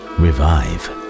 revive